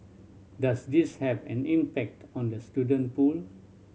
does this have an impact on the student pool